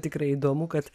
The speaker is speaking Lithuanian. tikrai įdomu kad